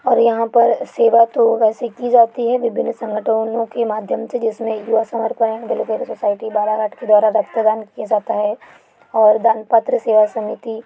और यहाँ पर सेवा तो वैसे की जाती है विभिन्न संगठनों के माध्यम से जिसमें U S R band welfare society Balaghat के द्वारा रक्तदान किया जाता है और दान पात्र सेवा समिति